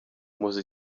muzi